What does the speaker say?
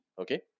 okay